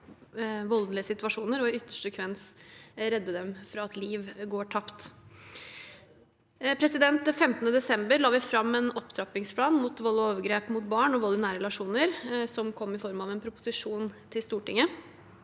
og i ytterste konsekvens redde dem fra at liv går tapt. Den 15. desember la vi fram en opptrappingsplan mot vold og overgrep mot barn og vold i nære relasjoner, som kom i form av en proposisjon til Stortinget.